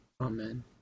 Amen